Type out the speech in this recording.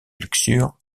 luxure